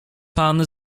pan